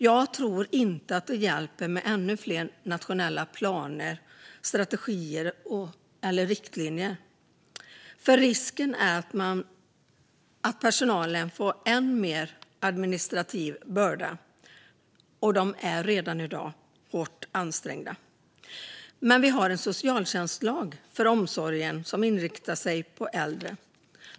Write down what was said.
Jag tror inte att det hjälper med ännu fler nationella planer, strategier och riktlinjer, för risken är att det bara ökar på den administrativa bördan för redan hårt ansträngd personal. Men vi har en socialtjänstlag för omsorg som inriktar sig på äldre.